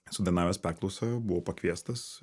sudainavęs perklausoje buvo pakviestas